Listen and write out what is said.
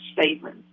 statement